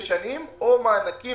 ישנים, או מענקים